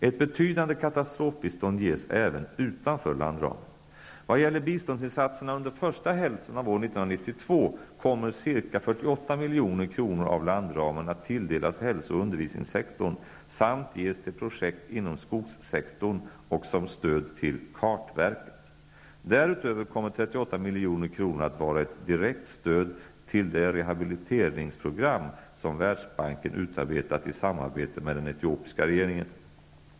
Ett betydande katastrofbistånd ges även utanför landramen. Vad gäller biståndsinsatserna under första hälften av år 1992 kommer ca 48 milj.kr. av landramen att tilldelas hälso och undervisningssektorn samt ges till projekt inom skogssektorn och som stöd till kartverket. Därutöver kommer 38 milj.kr. att vara ett direkt stöd till det rehabiliteringsprogram, som Världsbanken utarbetat i samarbete med den etiopiska regeringen.